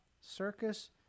circus